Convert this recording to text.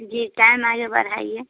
जी time आगे बढ़ाइए